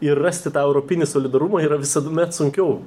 ir rasti tą europinį solidarumą yra visuomet sunkiau